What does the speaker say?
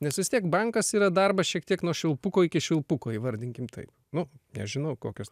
nes vis tiek bankas yra darbas šiek tiek nuo švilpuko iki švilpuko įvardinkim taip nu nežinau kokios